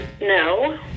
No